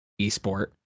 eSport